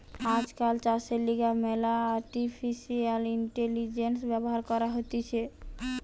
আজকাল চাষের লিগে ম্যালা আর্টিফিশিয়াল ইন্টেলিজেন্স ব্যবহার করা হতিছে